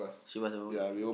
she was on her way